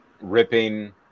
ripping